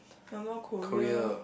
some more Korea